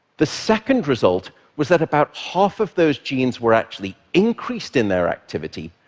the second result was that about half of those genes were actually increased in their activity.